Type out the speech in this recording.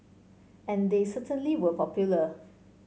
and they certainly were popular